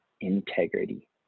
integrity